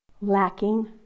lacking